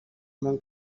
món